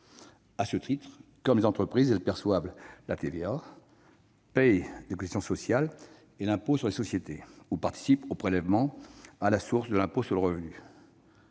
À ce titre, comme les entreprises, elles perçoivent la TVA, paient des cotisations sociales et l'impôt sur les sociétés ou participent au prélèvement à la source de l'impôt sur le revenu.